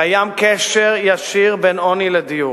קיים קשר ישיר בין עוני לדיור,